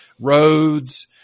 roads